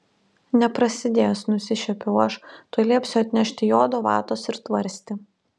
neprasidės nusišiepiau aš tuoj liepsiu atnešti jodo vatos ir tvarstį